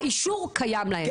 האישור קיים להם,